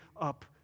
up